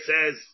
says